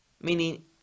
meaning